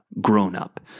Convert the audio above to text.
grown-up